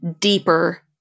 deeper